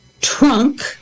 trunk